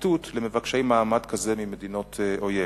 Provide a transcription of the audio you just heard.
פליטות למבקשי מעמד כזה ממדינות אויב,